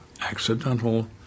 accidental